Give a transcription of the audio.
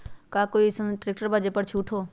का कोइ अईसन ट्रैक्टर बा जे पर छूट हो?